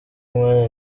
umwanya